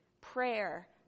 prayer